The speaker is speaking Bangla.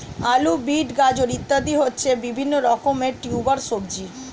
আলু, বিট, গাজর ইত্যাদি হচ্ছে বিভিন্ন রকমের টিউবার সবজি